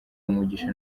umugisha